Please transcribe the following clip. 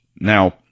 Now